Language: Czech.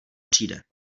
přijde